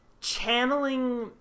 channeling